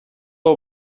hau